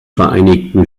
vereinigten